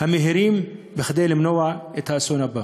המהירים, כדי למנוע את האסון הבא.